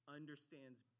understands